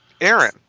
Aaron